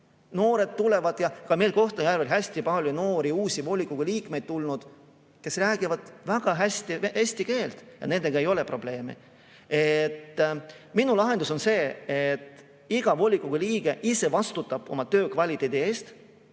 ole probleemi. Ka meil Kohtla-Järvel on hästi palju noori, uusi volikogu liikmeid tulnud, kes räägivad väga hästi eesti keelt ja nendega ei ole probleemi. Minu lahendus on see, et iga volikogu liige ise vastutab oma töö kvaliteedi eest